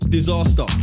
Disaster